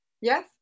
Yes